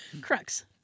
Crux